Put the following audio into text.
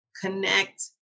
connect